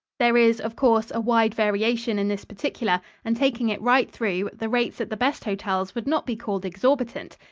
there is, of course, a wide variation in this particular, and taking it right through, the rates at the best hotels would not be called exorbitant.